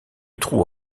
trou